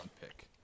Pick